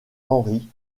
henri